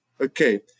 Okay